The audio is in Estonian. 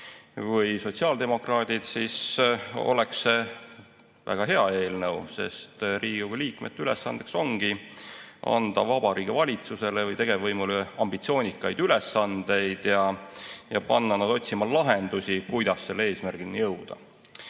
või sotsiaaldemokraadid, siis oleks see väga hea eelnõu, sest Riigikogu liikmete ülesandeks ongi anda Vabariigi Valitsusele või tegevvõimule ambitsioonikaid ülesandeid, et panna nad otsima lahendusi, kuidas eesmärgini jõuda.